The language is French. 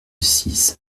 six